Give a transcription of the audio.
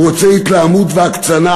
הוא רוצה התלהמות והקצנה.